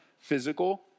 physical